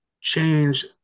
change